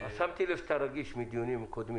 --- שמתי לב שאתה רגיש בדיונים קודמים.